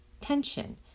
tension